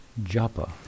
japa